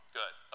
good